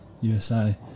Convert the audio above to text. USA